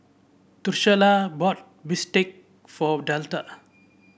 Drucilla bought bistake for Delta